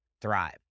thrive